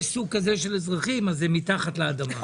סוג כזה של אזרחים, זה מתחת לאדמה.